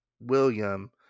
William